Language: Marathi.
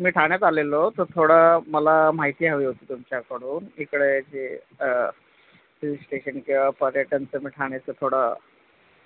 मी ठण्यात आलेलो तर थोडं मला माहिती हवी होती तुमच्याकडून इकडे जे हिल स्टेशन किंवा पर्यटनचं मी ठाण्याचं थोडं